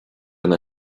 ina